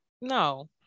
no